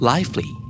Lively